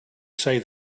say